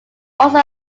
also